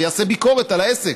ויעשה ביקורת על העסק,